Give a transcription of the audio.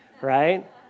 right